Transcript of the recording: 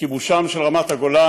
כיבושם של רמת הגולן,